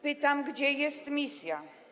Pytam: Gdzie jest misja?